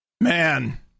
man